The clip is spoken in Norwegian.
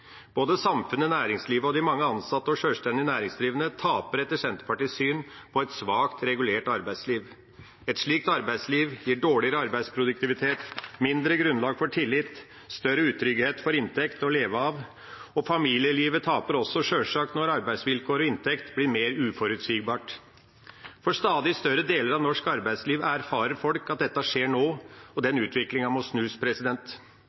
Både samfunnet, næringslivet og de mange ansatte og sjølstendig næringsdrivende taper etter Senterpartiets syn på et svakt regulert arbeidsliv. Et slikt arbeidsliv gir dårligere arbeidsproduktivitet, mindre grunnlag for tillit, større utrygghet for inntekt å leve av, og familielivet taper også sjølsagt når arbeidsvilkår og inntekt blir mer uforutsigbart. For stadig større deler av norsk arbeidsliv erfarer folk at dette skjer nå, og den utviklingen må snus.